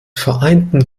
vereinten